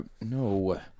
No